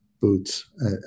boots